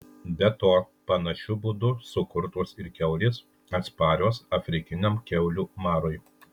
be to panašiu būdu sukurtos ir kiaulės atsparios afrikiniam kiaulių marui